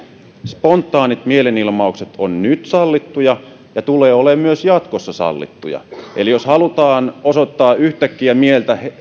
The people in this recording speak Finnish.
spontaanit mielenilmaukset ovat sallittuja nyt ja tulevat olemaan myös jatkossa sallittuja eli jos halutaan osoittaa yhtäkkiä mieltä